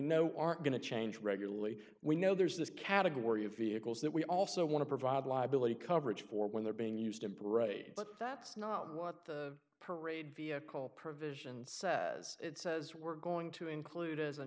know aren't going to change regularly we know there's this category of vehicles that we also want to provide liability coverage for when they're being used in parades that's not what the parade vehicle provision says it says we're going to include